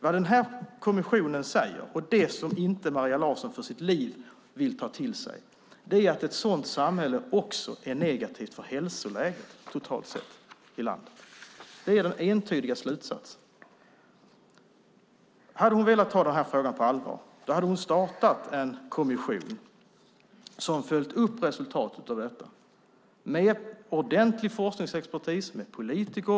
Vad den här kommissionen säger och det som Maria Larsson för sitt liv inte vill ta till sig är att ett sådant samhälle också är negativt för hälsoläget i landet totalt sett. Det är den entydiga slutsatsen. Hade hon velat ta den här frågan på allvar hade hon startat en kommission som följde upp resultatet av detta med ordentlig forskningsexpertis och även med politiker.